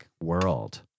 world